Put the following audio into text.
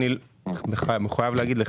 אני מחויב להגיד לך.